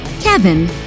Kevin